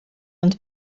ond